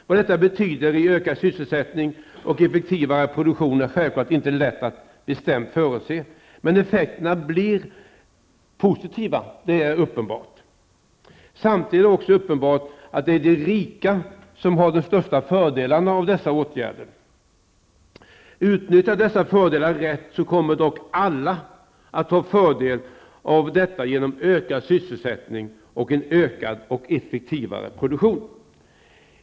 Vad detta betyder i ökad sysselsättning och effektivare produktion är självklart inte lätt att bestämt förutse, men att effekterna blir positiva är uppenbart. Samtidigt är det också uppenbart att de som är rika har de största fördelarna av dessa åtgärder. Utnyttjas dessa fördelar rätt så kommer dock alla att ha fördel av detta genom ökad sysselsättning och en ökad och effektivare produktion.